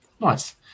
Nice